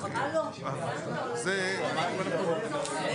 הון תועפות.